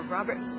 Robert